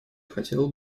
хотела